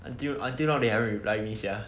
until until now they haven't reply me sia